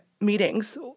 meetings